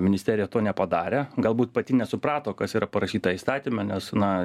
ministerija to nepadarė galbūt pati nesuprato kas yra parašyta įstatyme nes na